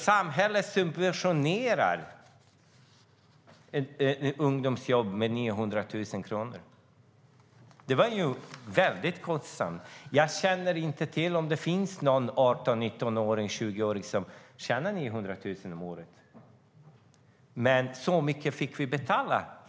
Samhället subventionerade alltså ungdomsjobb med 900 000 kronor. Det var väldigt kostsamt. Jag känner inte till om det finns någon 18, 19 eller 20-åring som tjänar 900 000 om året. Men så mycket fick vi betala.